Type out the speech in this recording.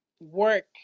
work